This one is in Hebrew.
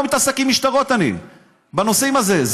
אני לא מתעסק עם משטרות בנושאים האלה.